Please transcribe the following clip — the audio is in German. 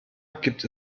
gibt